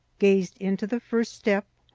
gazed into the first step,